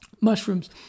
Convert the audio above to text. mushrooms